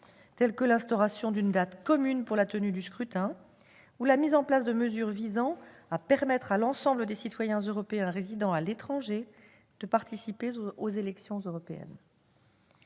telles que l'instauration d'une date commune pour la tenue du scrutin ou la mise en place de mesures visant à permettre à l'ensemble des citoyens européens résidant à l'étranger de participer aux élections européennes.